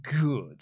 good